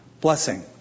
Blessing